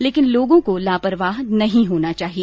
लेकिन लोगों को लापरवाह नहीं होना चाहिए